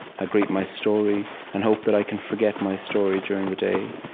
i greet my story and hope that i can forget my story during the day,